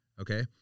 Okay